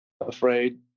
afraid